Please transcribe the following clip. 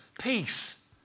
Peace